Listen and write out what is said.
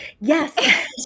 Yes